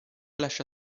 lascia